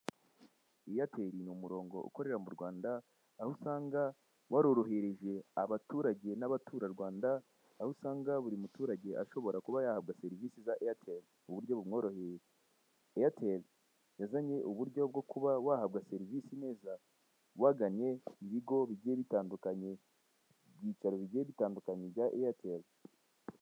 Eyateri ni umurongo ukorera mu Rwanda, aho usanga warorohereje abaturage n'abaturarwanda, aho usanga buri muturage ashobora kuba yahabwa serivisi za Eyateri mu buryo bumworoheye. Eyateri yazanye uburyo bwo kuba wahabwa serivisi neza, wagannye ibigo bigiye bitandukanye, ibyicaro bigiye bitandukanye bya Eyateri.